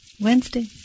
Wednesday